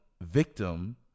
victim